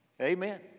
Amen